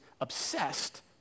obsessed